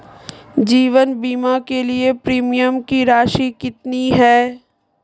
जीवन बीमा के लिए प्रीमियम की राशि कितनी है?